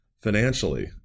financially